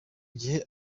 gihe